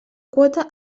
quota